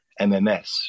MMS